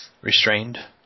restrained